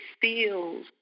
feels